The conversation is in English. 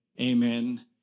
amen